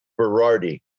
Berardi